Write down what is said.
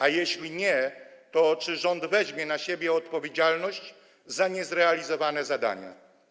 A jeśli nie, to czy rząd weźmie na siebie odpowiedzialność za niezrealizowane zadania?